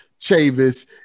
Chavis